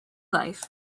life